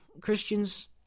Christians